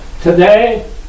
today